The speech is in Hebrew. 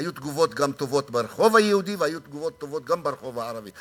היו תגובות טובות גם ברחוב היהודי והיו תגובות טובות גם ברחוב הערבי.